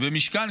ובמשכן,